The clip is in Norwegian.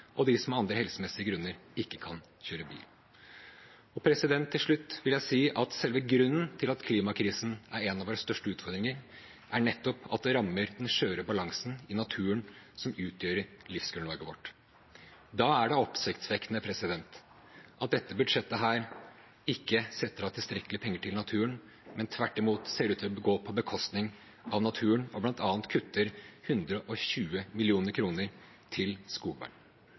og dem som av helsemessige grunner ikke kan kjøre bil. Til slutt vil jeg si at selve grunnen til at klimakrisen er en av våre største utfordringer, nettopp er at den rammer den skjøre balansen i naturen, som utgjør livsgrunnlaget vårt. Da er det oppsiktsvekkende at dette budsjettet ikke setter av tilstrekkelig med penger til naturen, men tvert imot ser ut til å gå på bekostning av naturen og bl.a. kutter 120 mill. kr til